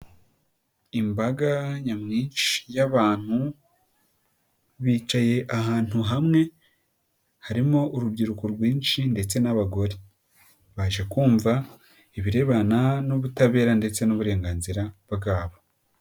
Imbaga nyamwinshi y'abantu bicaye ahantu hamwe, harimo urubyiruko rwinshi ndetse n'abagore. Baje kumva ibirebana n'ubutabera ndetse n'uburenganzira bwabo.